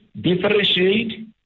differentiate